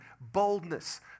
boldness